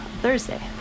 thursday